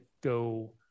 go